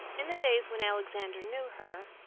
in the days when alexander knew her,